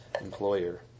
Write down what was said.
employer